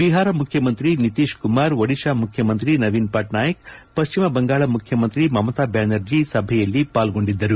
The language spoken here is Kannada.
ಬಿಪಾರ ಮುಖ್ಯಮಂತ್ರಿ ನಿತೀಶ್ಕುಮಾರ್ ಒಡಿಶಾ ಮುಖ್ಯಮಂತ್ರಿ ನವೀನ್ ಪಟ್ನಾಯಕ್ ಪಶ್ಚಿಮ ಬಂಗಾಳ ಮುಖ್ಯಮಂತ್ರಿ ಮಮತಾ ಬ್ಯಾನರ್ಜಿ ಸಭೆಯಲ್ಲಿ ಪಾಲ್ಗೊಂಡಿದ್ದರು